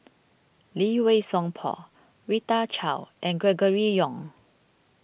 Lee Wei Song Paul Rita Chao and Gregory Yong